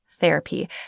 therapy